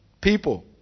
people